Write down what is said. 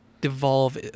devolve